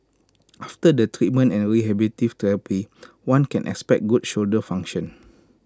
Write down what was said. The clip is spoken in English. after the treatment and rehabilitative therapy one can expect good shoulder function